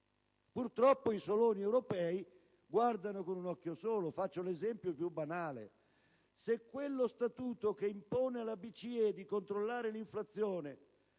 Purtroppo, però, i soloni europei guardano con un occhio solo. Faccio l'esempio più banale. Se quello statuto che impone alla BCE di controllare l'inflazione,